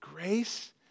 Grace